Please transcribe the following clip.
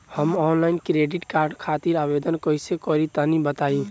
हम online credit card खातिर आवेदन कइसे करि तनि बताई?